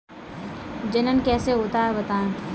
जनन कैसे होता है बताएँ?